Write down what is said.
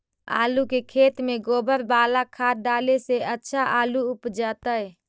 आलु के खेत में गोबर बाला खाद डाले से अच्छा आलु उपजतै?